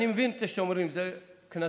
אני מבין שאתם אומרים: כנסים.